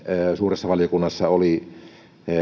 suuressa valiokunnassa oli